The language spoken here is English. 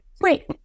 Wait